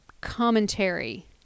commentary